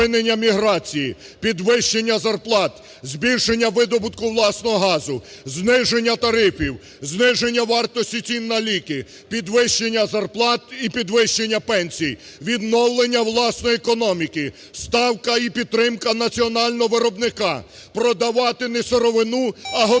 зупинення міграції, підвищення зарплат, збільшення видобутку власного газу, зниження тарифів, зниження вартості цін на ліки, підвищення зарплат і підвищення пенсій, відновлення власної економіки, ставка і підтримка національного виробника, продавати не сировину, а готову